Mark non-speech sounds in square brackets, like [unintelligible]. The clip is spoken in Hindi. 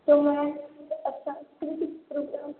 तो मैं अच्छा ठीक है [unintelligible]